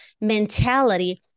mentality